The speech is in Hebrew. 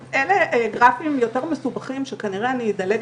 אולי חס וחלילה אני אהיה נכה, אני אהיה תלויה